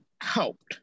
helped